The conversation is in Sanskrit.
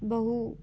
बहु